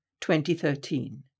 2013